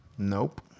Nope